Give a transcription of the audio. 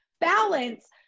balance